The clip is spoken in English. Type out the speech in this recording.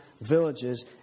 villages